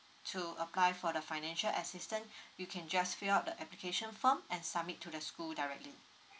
to apply for the financial assistant you can just fill up the application form and submit to the school directly